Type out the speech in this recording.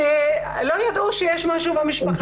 שלא ידעו שיש משהו במשפחה,